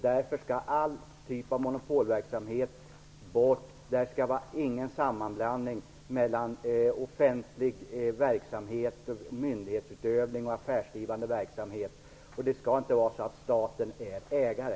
Därför skall alla typer av monopolverksamhet bort. Det skall inte finnas någon sammanblandning mellan offentlig verksamhet, myndighetsutövning och affärsdrivande verksamhet, och staten skall inte vara ägare.